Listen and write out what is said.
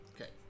okay